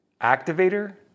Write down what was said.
activator